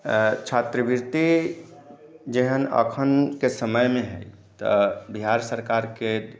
छात्रवृति जेहन अखन के समय मे तऽ बिहार सरकार के